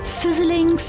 sizzling